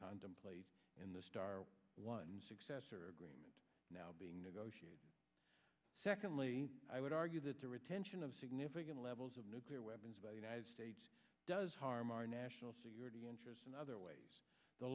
contemplated in the star one successor agreement now being negotiated secondly i would argue that the retention of significant levels of nuclear weapons by united states does harm our national security interests in other